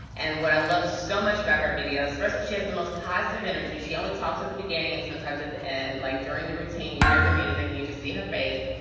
and what i love so much about her videos, what she has the most positive energy. she only talks at the beginning and sometimes at the end, like during the routine, you hear the music and you just see her face.